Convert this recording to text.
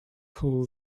pull